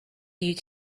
due